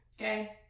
Okay